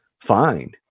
fine